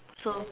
so